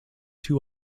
two